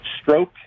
stroke